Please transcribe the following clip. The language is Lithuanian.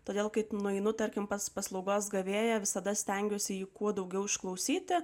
todėl kai nueinu tarkim pas paslaugos gavėją visada stengiuosi jį kuo daugiau išklausyti